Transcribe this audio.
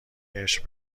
عشق